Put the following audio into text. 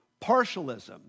Partialism